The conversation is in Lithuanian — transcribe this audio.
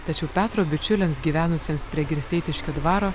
tačiau petro bičiuliams gyvenusiems prie girsteitiškio dvaro